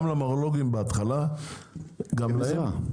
השאלה אם גם למרלו"גים בהתחלה --- הם צריכים עזרה.